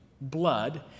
blood